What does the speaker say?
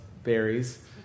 Berries